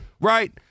Right